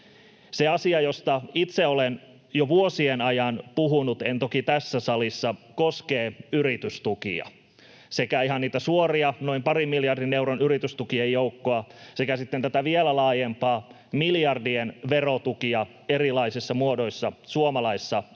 Se asia, josta itse olen jo vuosien ajan puhunut — en toki tässä salissa — koskee yritystukia, sekä ihan niitä suorien, noin parin miljardin euron yritystukien joukkoa että vielä laajemmin miljardien verotukia erilaisissa muodoissa suomalaisessa